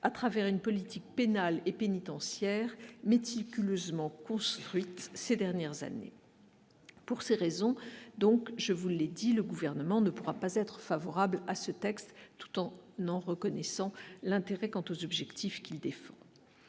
à travers une politique pénale et pénitentiaire méticuleusement construites ces dernières années pour ces raisons, donc je vous l'ai dit, le gouvernement ne pourra pas être favorable à ce texte, tout en n'en reconnaissant l'intérêt quant aux objectifs qu'il défend